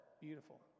Beautiful